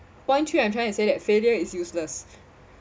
point three I'm trying to say that failure is useless